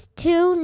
two